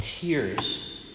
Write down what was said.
tears